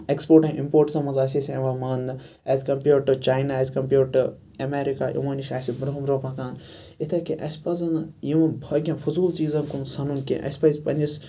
export and اِمپوٹَن مَنٛز آسہِ یِوان ماننہٕ as compared to China as compared to America یِمو نِش اَسہِ برونٛہہ برونٛہہ پَکان اِتھےکٮ۪ن اَسہِ پَزَن نہٕ یِم پھٲکِم فوٚضوٗل چیٖزَن کُن سَنُن کینٛہہ اَسہِ پَزِ پَننِس